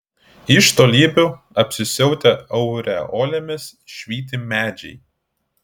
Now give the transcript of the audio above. iš tolybių apsisiautę aureolėmis švyti medžiai